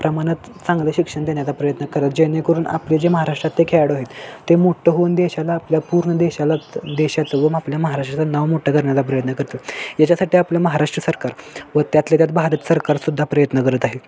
प्रमाणात चांगलं शिक्षण देण्याचा प्रयत्न करत जेणेकरून आपले जे महाराष्ट्रात ते खेळाडू आहेत ते मोठं होऊन देशाला आपल्या पूर्ण देशाला देशाचं व आपल्या महाराष्ट्राचं नाव मोठं करण्याचा प्रयत्न करतात याच्यासाठी आपलं महाराष्ट्र सरकार व त्यातल्या त्यात भारत सरकारसुद्धा प्रयत्न करत आहे